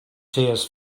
tears